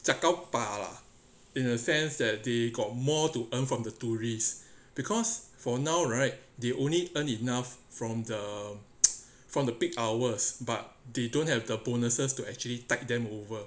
jiat kat bao lah in a sense that they got more to earn from the tourists because for now right they only earn enough from the from the peak hours but they don't have the bonuses to actually tide them over